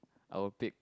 I will tape